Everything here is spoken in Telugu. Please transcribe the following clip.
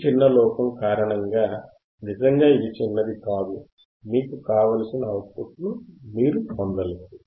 ఈ చిన్న లోపం కారణంగా నిజంగా ఇది చిన్నది కాదు మీకు కావలసిన అవుట్పుట్ను మీరు పొందలేరు